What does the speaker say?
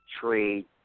trade